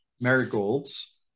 marigolds